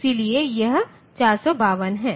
इसलिए यह 452 है